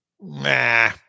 nah